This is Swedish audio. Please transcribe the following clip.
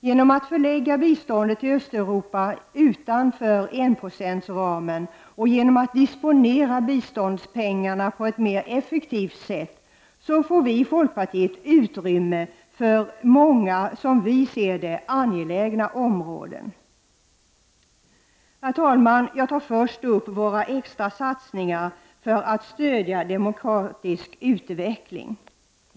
Genom att förlägga biståndet till Östeuropa utanför enprocentsramen och genom att disponera biståndspengarna på ett mer effektivt sätt, får vi i folkpartiet utrymme för många, som vi ser det, angelägna områden. Herr talman! Jag tar först upp våra extra satsningar för att stödja demokratisk utveckling.